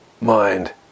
mind